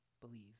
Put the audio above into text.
believe